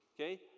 Okay